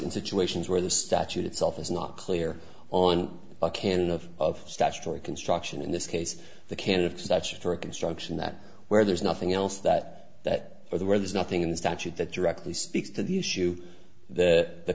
in situations where the statute itself is not clear on a canon of of statutory construction in this case the canon of statutory construction that where there is nothing else that that or the where there's nothing in the statute that directly speaks to the issue that the